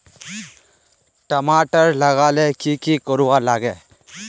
टमाटर लगा ले की की कोर वा लागे?